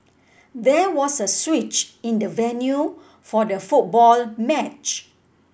there was a switch in the venue for the football match